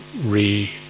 re